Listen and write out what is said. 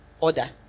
order